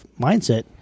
mindset